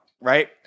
right